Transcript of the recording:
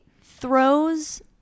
throws